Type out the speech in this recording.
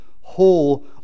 whole